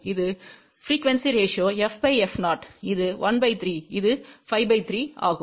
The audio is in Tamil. இது ப்ரீக்குவெண்ஸி ரேஸியோ f f0 இது 1 3 இது 53 ஆகும்